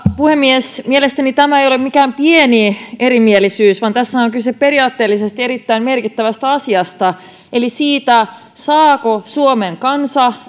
puhemies mielestäni tämä ei ole mikään pieni erimielisyys vaan tässä on kyse periaatteellisesti erittäin merkittävästä asiasta eli siitä saako suomen kansa